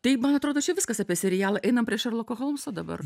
tai man atrodo čia viskas apie serialą einam prie šerloko holmso dabar